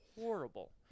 horrible